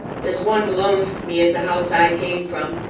there's one, belongs to me, at the house i came from,